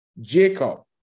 Jacob